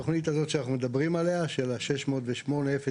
התוכנית הזאת שאנחנו מדברים עליה, 608-0202986,